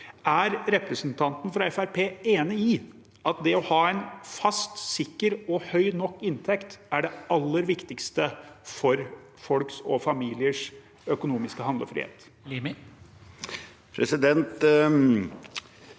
Er representanten fra Fremskrittspartiet enig i at det å ha en fast, sikker og høy nok inntekt er det aller viktigste for folks og familiers økonomiske handlefrihet?